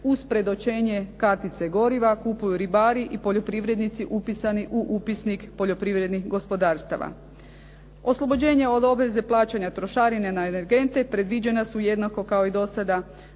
uz predočenje kartice goriva kupuju ribari i poljoprivrednici upisani u upisnik poljoprivrednih gospodarstava. Oslobođenje od obveze plaćanja trošarine na energente predviđena su jednako kao i do sada